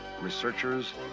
researchers